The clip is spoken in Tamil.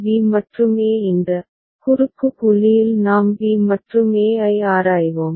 b மற்றும் e இந்த குறுக்கு புள்ளியில் நாம் b மற்றும் e ஐ ஆராய்வோம்